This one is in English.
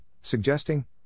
suggesting